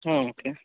ಹಾಂ ಓಕೆ